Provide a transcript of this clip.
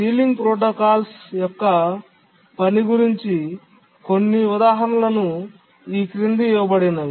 ceiling protocols యొక్క పని గురించి కొన్ని ఉదాహరణలను ఈ క్రింది ఇవ్వబడినవి